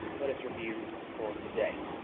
let us review for today.